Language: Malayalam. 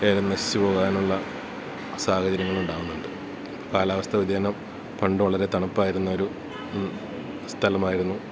ഏലം നശിച്ചു പോകാനുള്ള സാഹചര്യങ്ങളുണ്ടാവുന്നുണ്ട് കാലാവസ്ഥാ വ്യതിയാനം പണ്ട് വളരെ തണുപ്പായിരുന്നൊരു സ്ഥലമായിരുന്നു